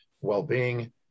well-being